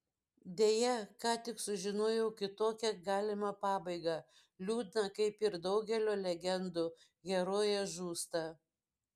deja ką tik sužinojau kitokią galimą pabaigą liūdną kaip ir daugelio legendų herojė žūsta